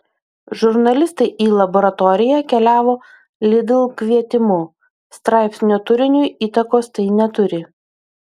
žurnalistai į laboratoriją keliavo lidl kvietimu straipsnio turiniui įtakos tai neturi